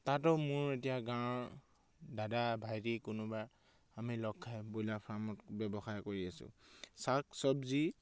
তাতো মোৰ এতিয়া গাঁৱৰ দাদা ভাইটি কোনোবা আমি লগখাই ব্ৰইলাৰ ফাৰ্মত ব্যৱসায় কৰি আছোঁ শাক চব্জি